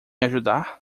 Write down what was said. ajudar